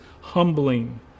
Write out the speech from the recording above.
humbling